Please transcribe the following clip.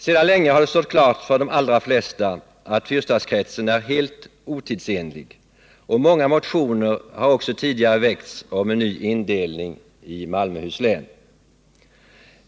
Sedan länge har det stått klart för de allra flesta att fyrstadskretsen är helt otidsenlig, och många motioner har också väckts om en ny indelning i Malmöhus län.